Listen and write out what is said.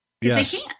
Yes